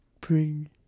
bring